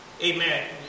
Amen